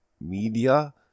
media